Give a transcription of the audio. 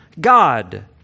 God